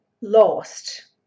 lost